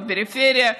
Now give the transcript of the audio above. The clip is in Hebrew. בפריפריה,